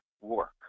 work